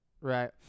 right